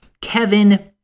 Kevin